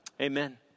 Amen